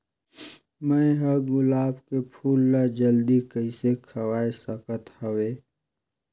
मैं ह गुलाब के फूल ला जल्दी कइसे खवाय सकथ हवे?